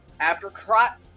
Apricot